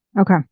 Okay